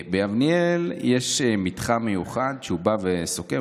ביבנאל יש מתחם מיוחד שהוא סוקר.